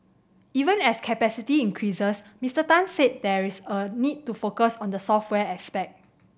even as capacity increases Mister Tan said there is a need to focus on the software aspect